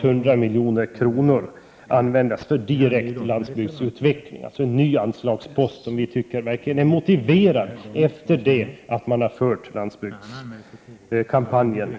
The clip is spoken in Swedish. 100 milj.kr. användas för direkt landsbygdsutveckling, en ny anslagspost som vi verkligen tycker är motiverad efter den tidigare förda landsbygdskampanjen.